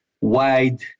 wide